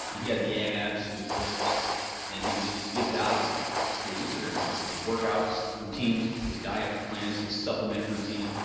he had the abs, he was ripped and he would just give value through his instagram account. he, his workouts routines, his diet plans, his supplement routine,